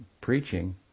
preaching